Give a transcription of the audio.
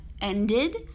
ended